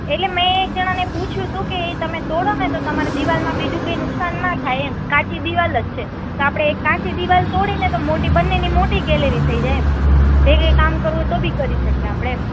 એટલે મેં એક જણાને પૂછ્યું તું કે ઈ તમે તોડોને તો તમારે દીવાલમાં બીજું કઈ નુકશાન ન થાય એમ કાચી દીવાલ જ છે તો આપડે એક કાચી દીવાલ તો તોડીને તો બંનેની મોટી ગેલેરી થઈ જાય એમ ભેગે કામ કરવું હોય તો બી કરી શકીએ એમ